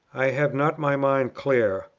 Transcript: i have not my mind clear.